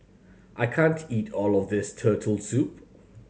I can't eat all of this Turtle Soup